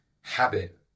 habit